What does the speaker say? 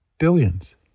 Billions